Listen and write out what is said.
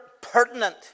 pertinent